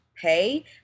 pay